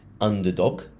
underdog